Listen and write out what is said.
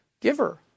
giver